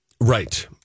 Right